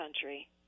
country